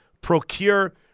procure